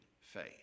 faith